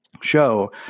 show